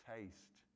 Taste